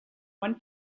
one